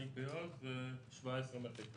2021 אפשר לראות נתונים של רבעון ראשון.